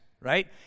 right